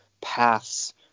paths